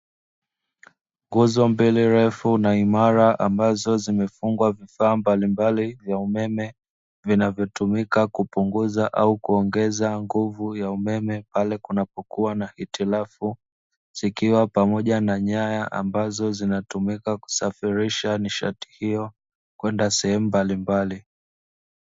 Nguzo mbili ndefu na imara ambazo zimefungwa vifaa mbalimbali vya umeme vinavyotumika kupunguza ama kuongeza nguvu ya umeme pale panapokuwa na hitilafu, zikiwa pamoja na nyaya ambazo zinatumika kusafirisha nishati hiyo, kwenda sehemu mbalimbali.